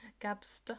Gabster